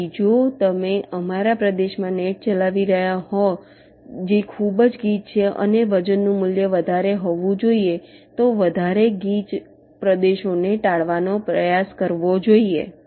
તેથી જો તમે અમારા પ્રદેશમાં નેટ ચલાવી રહ્યા છો જે ખૂબ જ ગીચ છે અને વજનનું મૂલ્ય વધારે હોવું જોઈએ તો તમારે ગીચ પ્રદેશોને ટાળવાનો પ્રયાસ કરવો જોઈએ